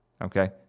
okay